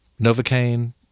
Novocaine